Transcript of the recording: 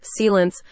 sealants